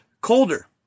colder